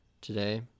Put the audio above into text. today